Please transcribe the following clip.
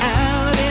out